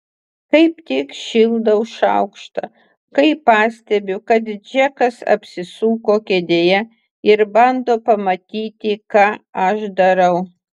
kaip tik šildau šaukštą kai pastebiu kad džekas apsisuko kėdėje ir bando pamatyti ką aš darau